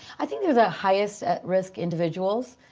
i think they're the highest at risk individuals,